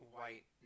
white